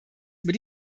über